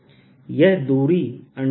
यह दूरी R है और करंट I है